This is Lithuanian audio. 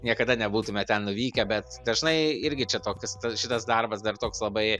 niekada nebūtume ten nuvykę bet dažnai irgi čia tok s tas šitas darbas dar toks labai